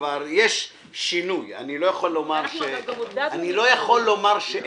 יש שינוי, אני לא יכול לומר שאין.